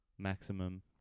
maximum